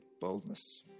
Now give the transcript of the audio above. boldness